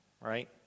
right